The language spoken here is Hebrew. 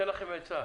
אני אתן לכם עצה.